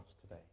today